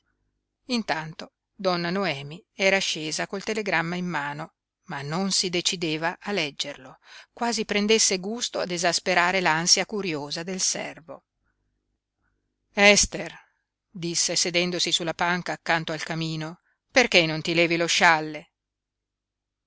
intanto donna noemi era scesa col telegramma in mano ma non si decideva a leggerlo quasi prendesse gusto ad esasperare l'ansia curiosa del servo ester disse sedendosi sulla panca accanto al camino perché non ti levi lo scialle